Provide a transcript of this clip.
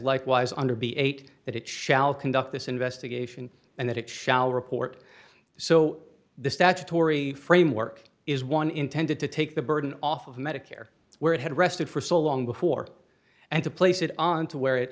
likewise under b eight that it shall conduct this investigation and that it shall report so the statutory framework is one intended to take the burden off of medicare where it had rested for so long before and to place it on to where it